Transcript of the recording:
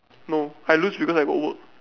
no I lose because I got work